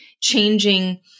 changing